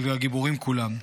של הגיבורים כולם.